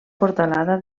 portalada